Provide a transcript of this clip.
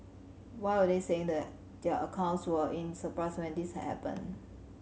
why were they saying that their accounts were in surplus when this had happened